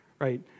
right